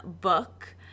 book